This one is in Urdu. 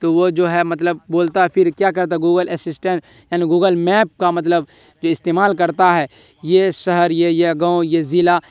تو وہ جو ہے مطلب بولتا پھر کیا کرتا گوگل اسسٹنٹ یعنی گوگل میپ کا مطلب یہ استعمال کرتا ہے یہ شہر یا یہ گاؤں یہ ضلع